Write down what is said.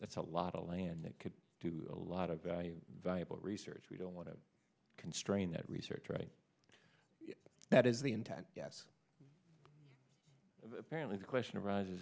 that's a lot of land that could do a lot of value valuable research we don't want to constrain that research right that is the intact yes apparently the question arises